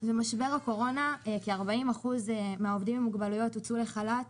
במשבר הקורונה כ-40% מהעובדים עם מוגבלויות הוצאו לחל"ת,